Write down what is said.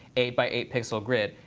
eight by eight pixel grid.